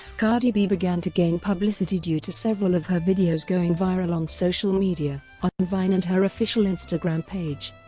cardi b began to gain publicity due to several of her videos going viral on social media, on vine and her official instagram page.